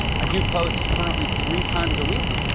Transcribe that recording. i do post currently three times a week,